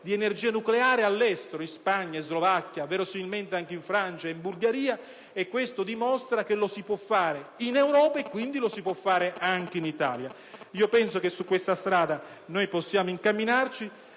di energia nucleare all'estero (in Spagna, Slovacchia, verosimilmente anche in Francia e in Bulgaria): e questo dimostra che lo si può fare in Europa, e quindi anche in Italia. Penso che su questa strada possiamo incamminarci.